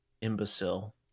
imbecile